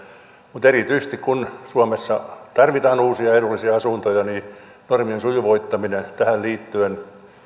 mutta erityisesti kun suomessa tarvitaan uusia edullisia asuntoja normien sujuvoittaminen tähän liittyen